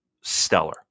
stellar